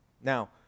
Now